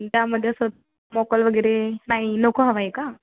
त्यामध्ये असं मोकल वगैरे नाही नको हवं आहे का